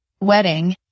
wedding